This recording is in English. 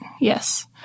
yes